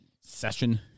session